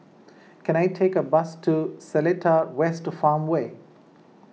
can I take a bus to Seletar West Farmway